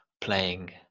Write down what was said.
playing